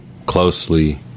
Closely